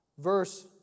Verse